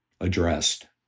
addressed